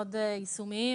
מאוד יישומיים.